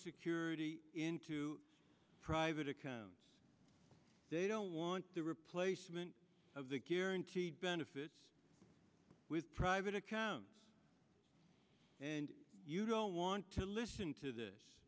security into private accounts they don't want the replacement of the guaranteed benefits with private accounts and you don't want to listen to this